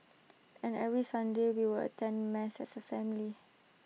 and every Sunday we would attend mass as A family